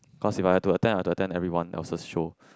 cause if I have to attend I have to attend everyone else's show